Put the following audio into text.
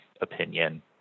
opinion